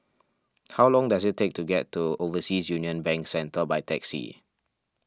how long does it take to get to Overseas Union Bank Centre by taxi